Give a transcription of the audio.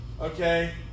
okay